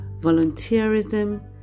Volunteerism